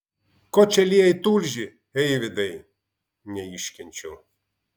ko čia lieji tulžį eivydai neiškenčiau